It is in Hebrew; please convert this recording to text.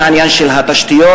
העניין של התשתיות,